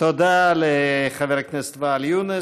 תודה לחבר הכנסת ואאל יונס.